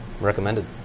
recommended